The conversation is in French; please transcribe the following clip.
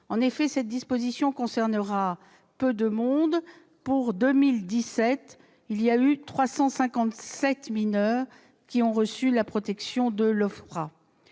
En effet, cette disposition concernera peu de monde : en 2017, seuls 357 mineurs ont reçu la protection de l'OFPRA.